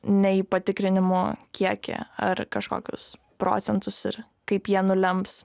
ne į patikrinimo kiekį ar kažkokius procentus ir kaip jie nulems